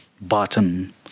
bottom